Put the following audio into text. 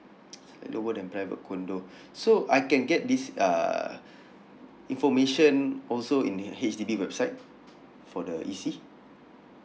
lower than private condo so I can get this uh information also in uh H_D_B website for the E_C